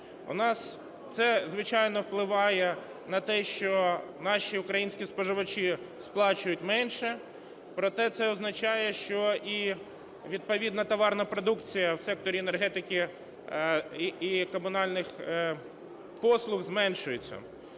У нас це, звичайно, впливає на те, що наші українські споживачі сплачують менше, проте це означає, що і відповідна товарна продукція в секторі енергетики і комунальних послуг зменшується.